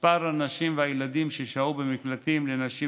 מספר הנשים והילדים ששהו במקלטים לנשים